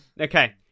Okay